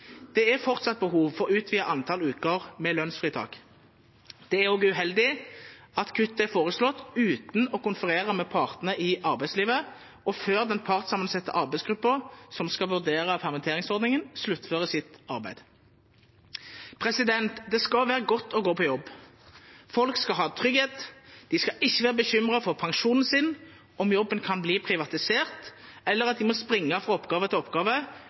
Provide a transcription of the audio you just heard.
Det er fortsatt behov for utvidet antall uker med lønnsfritak. Det er også uheldig at kuttet er foreslått uten å konferere med partene i arbeidslivet og før den partssammensatte arbeidsgruppen, som skal vurdere permitteringsordningen, sluttfører sitt arbeid. Det skal være godt å gå på jobb. Folk skal ha trygghet. De skal ikke være bekymret for pensjonen sin, om jobben kan bli privatisert, eller at de må springe fra oppgave til oppgave